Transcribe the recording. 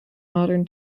modern